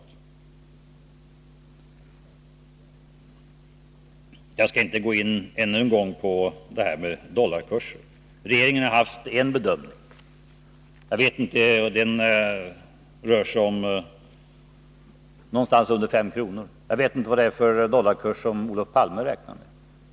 Jag skall inte gå in ännu en gång på det här med dollarkurserna. Regeringen har haft en bedömning. Den rör sig om någonstans under fem kr. Jag vet inte vilken dollarkurs Olof Palme räknar med.